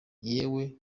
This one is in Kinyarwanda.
yewe